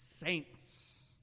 saints